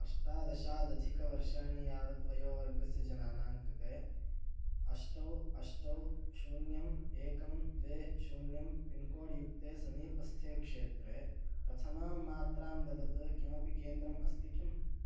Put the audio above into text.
अष्टादशादधिकवर्षाणि यावत् वयोवर्गस्य जनानां कृते अष्ट अष्ट शून्यम् एकं द्वे शून्यं पिन्कोड् युक्ते समीपस्थे क्षेत्रे प्रथमां मात्रां ददत् किमपि केन्द्रम् अस्ति किम्